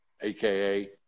aka